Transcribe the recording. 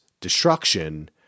destruction